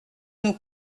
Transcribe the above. nous